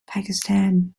pakistan